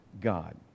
God